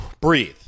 breathe